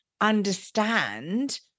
understand